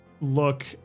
look